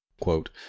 quote